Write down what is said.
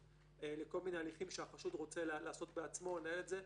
לכל מיני הליכים שהחשוד רוצה לעשות בעצמו ולנהל את זה.